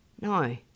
No